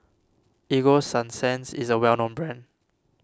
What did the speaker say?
Ego Sunsense is a well known brand